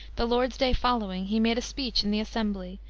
the lord's day following he made a speech in the assembly,